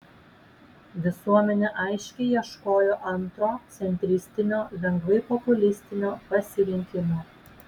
visuomenė aiškiai ieškojo antro centristinio lengvai populistinio pasirinkimo